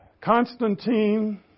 Constantine